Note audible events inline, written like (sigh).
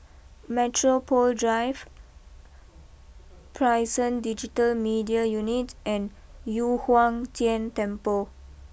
Metropole Drive (noise) Prison Digital Media Unit and Yu Huang Tian Temple